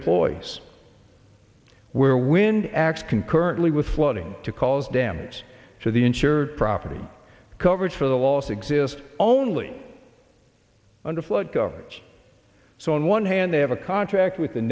employees where wind acts concurrently with flooding to cause damage to the insured property coverage for the loss exist only under flood coverage so on one hand they have a contract with the